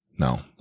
No